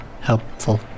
helpful